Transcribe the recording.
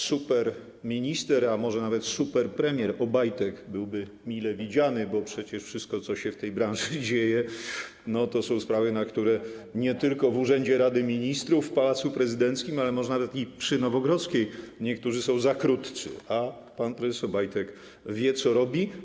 Superminister, a może nawet superpremier Obajtek byłby mile widziany, bo jeżeli chodzi o wszystko, co się w tej branży dzieje, to są sprawy, na które nie tylko w urzędzie Rady Ministrów, w Pałacu Prezydenckim, ale może nawet i przy Nowogrodzkiej niektórzy są za krótcy, a pan prezes Obajtek wie, co robi.